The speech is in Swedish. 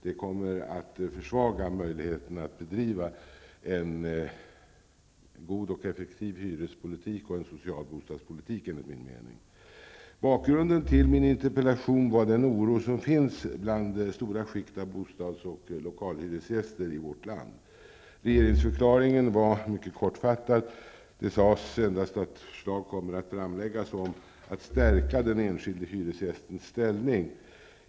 Det kommer enligt min mening att minska möjligheterna att bedriva en god och effektiv hyrespolitik och en social bostadspolitik. Bakgrunden till min interpellation var den oro som finns inom stora skikt av bostads och lokalhyresgäster i vårt land. Regeringsförklaringen var mycket kortfattad. Det sades endast att förslag kommer att framläggas om att stärka den enskilde hyresgästens ställning.